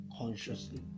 consciously